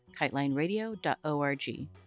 KiteLineRadio.org